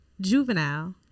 Juvenile